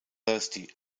thirsty